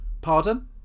Pardon